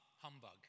humbug